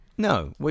No